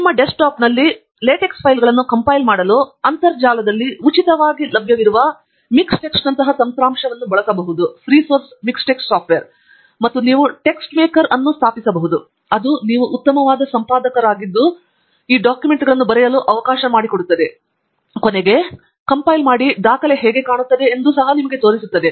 ನಿಮ್ಮ ಡೆಸ್ಕ್ಟಾಪ್ನಲ್ಲಿ ಲಾಟೆಕ್ಸ್ ಫೈಲ್ಗಳನ್ನು ಕಂಪೈಲ್ ಮಾಡಲು ಅಂತರ್ಜಾಲದಲ್ಲಿ ಉಚಿತವಾಗಿ ಲಭ್ಯವಿರುವ ಮಿಕ್ಟೆಕ್ಸ್ನಂತಹ ತಂತ್ರಾಂಶವನ್ನು ನೀವು ಬಳಸಬಹುದು ಮತ್ತು ನೀವು ಟೆಕ್ಸ್ಮೇಕರ್ ಅನ್ನು ಸ್ಥಾಪಿಸಬಹುದು ಅದು ನೀವು ಉತ್ತಮವಾದ ಸಂಪಾದಕರಾಗಿದ್ದು ಅದು ಈ ಡಾಕ್ಯುಮೆಂಟ್ಗಳನ್ನು ಬರೆಯಲು ಅವಕಾಶ ನೀಡುತ್ತದೆ ಮತ್ತು ಫ್ಲೈನಲ್ಲಿ ಕಂಪೈಲ್ ಮಾಡಿ ಡಾಕ್ಯುಮೆಂಟ್ ಹೇಗೆ ಕಾಣುತ್ತದೆ ಎಂದು ನಿಮಗೆ ತೋರಿಸುತ್ತದೆ